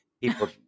people